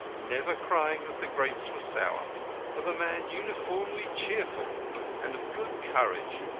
never crying that the grapes were sour of a man uniformly cheerful and of good courage,